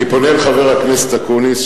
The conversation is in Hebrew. אני פונה אל חבר הכנסת אקוניס,